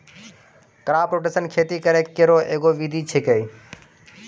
crop rotation खेती करै केरो एगो विधि छिकै